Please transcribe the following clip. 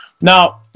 Now